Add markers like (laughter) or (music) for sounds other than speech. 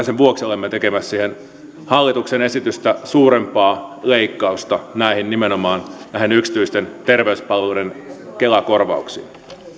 (unintelligible) sen vuoksi olemme tekemässä hallituksen esitystä suurempaa leikkausta nimenomaan näihin yksityisten terveyspalveluiden kela korvauksiin